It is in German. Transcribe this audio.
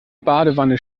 badewanne